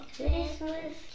Christmas